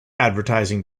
advertising